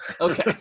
Okay